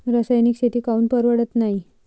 रासायनिक शेती काऊन परवडत नाई?